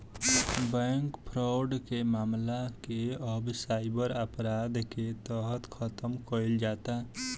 bank fraud के मामला के अब साइबर अपराध के तहत खतम कईल जाता